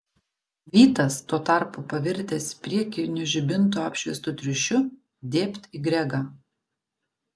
vytas tuo tarpu pavirtęs priekinių žibintų apšviestu triušiu dėbt į gregą